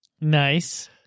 Nice